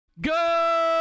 Go